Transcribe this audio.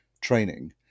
training